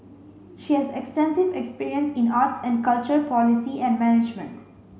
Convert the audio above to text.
she has extensive experience in arts and culture policy and management